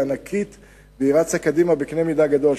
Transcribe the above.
ענקית והיא רצה קדימה בקנה מידה גדול.